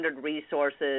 resources